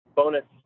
bonus